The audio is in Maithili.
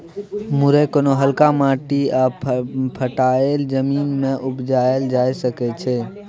मुरय कोनो हल्का माटि आ पटाएल जमीन मे उपजाएल जा सकै छै